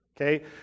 Okay